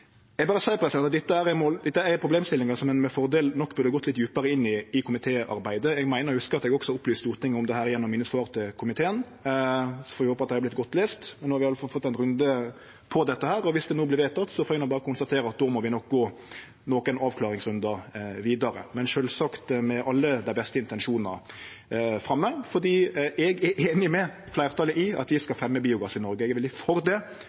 Eg berre seier at dette er problemstillingar ein med fordel nok burde ha gått litt djupare inn i i komitéarbeidet. Eg meiner å hugse at eg også opplyste Stortinget om dette gjennom mine svar til komiteen, så får vi håpe at dei har vorte godt lesne. No har vi i alle fall fått ein runde på dette, og viss det vert vedteke, får eg berre konstatere at då må vi nok gå nokre avklaringsrundar vidare, men sjølvsagt med alle dei beste intensjonar framme, for eg er einig med fleirtalet i at vi skal fremje biogass i Noreg. Eg er veldig for det.